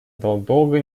долго